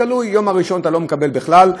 תלוי: ביום הראשון אתה לא מקבל בכלל,